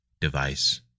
device